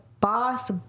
boss